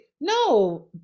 no